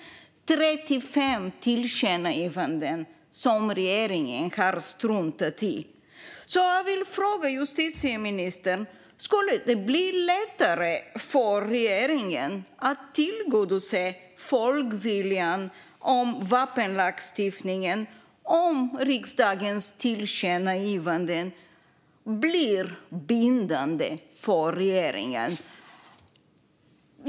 Det är 35 tillkännagivanden som regeringen har struntat i. Jag vill fråga justitieministern: Skulle det bli lättare för regeringen att tillgodose folkviljan när det gäller vapenlagstiftningen om riksdagens tillkännagivanden blir bindande för regeringen?